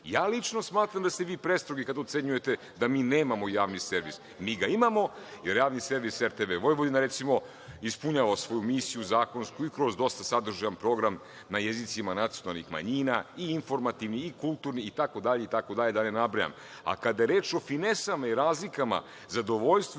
lično smatram da ste vi prestrogi kad ucenjujete da mi nemamo Javni servis. Mi ga imamo, jer javni servis RTV ispunjava svoju misiju zakonsku i kroz dosta sadržajan program na jezicima nacionalnih manjina i informativni i kulturni itd. itd. da ne nabrajam. Kada je reč o finesama i razlikama, zadovoljstvu